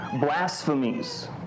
blasphemies